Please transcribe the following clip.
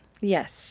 Yes